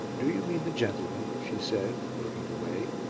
do you mean the gentleman? she said, looking away.